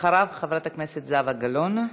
אחריו, חברת הכנסת זהבה גלאון.